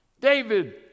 David